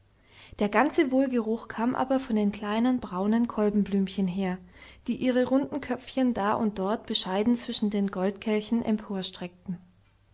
der ganze wohlgeruch kam aber von den kleinen braunen kolbenblümchen her die ihre runden köpfchen da und dort bescheiden zwischen den